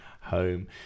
Home